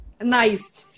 Nice।